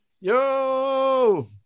Yo